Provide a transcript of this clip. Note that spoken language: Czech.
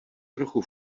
trochu